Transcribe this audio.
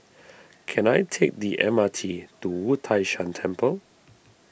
can I take the M R T to Wu Tai Shan Temple